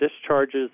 discharges